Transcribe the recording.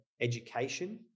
education